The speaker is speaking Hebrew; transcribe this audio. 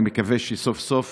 אני מקווה שסוף-סוף